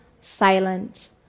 silent